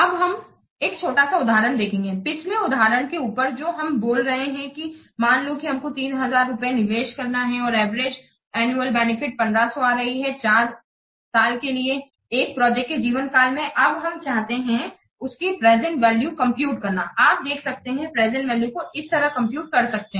अब हम एक छोटा सा उदाहरण देखेंगे पिछले उदाहरण के ऊपर जो हम बोल रहे हैं की मान लो हमको 3000 रुपए निवेश करने हैं और एवरेज एनुअल बेनिफिट 1500 आ रहा है 4 इयर्सके लिए एक प्रोजेक्ट के जीवन काल में अब हम चाहते हैं उसकी प्रेजेंट वैल्यू कंप्यूटकरना आप देख सकते हैं प्रेजेंट वैल्यू को इस तरह कंप्यूटकर सकते हैं